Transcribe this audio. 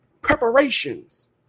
Preparations